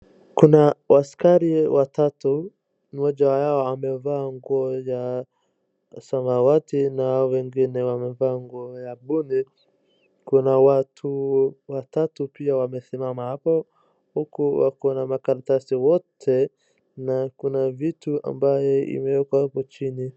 Kuna maaskari watatu mmoja wao amevaa nguo ya samawati na wengine wamevaa nguo ya bure. Kuna watu watatu pia wamesimama hapo huku wakona makaratasi bure na kuna vitu ambaye imeekwa hapo chini.